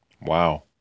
Wow